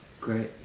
Great